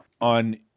on